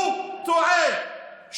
הוא טועה.